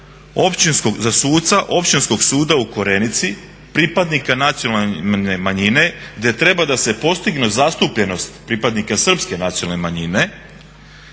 suca Općinskog suda u Korenici pripadnika nacionalne manjine gdje treba da se postigne zastupljenost pripadnika Srpske nacionalne manjine,